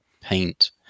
paint